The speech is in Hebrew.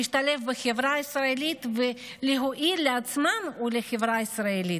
להשתלב בחברה הישראלית ולהועיל לעצמם ולחברה הישראלית.